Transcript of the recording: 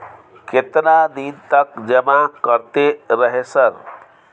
केतना दिन तक जमा करते रहे सर?